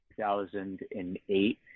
2008